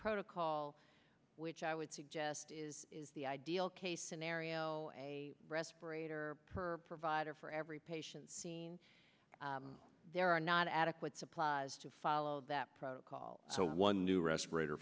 protocol which i would suggest is the ideal case aereo a respirator per provider for every patient seen there are not adequate supplies to follow that protocol one new respirator